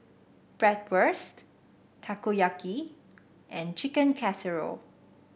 Bratwurst Takoyaki and Chicken Casserole